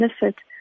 benefit